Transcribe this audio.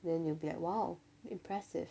then you'll be like !wow! impressive